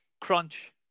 crunch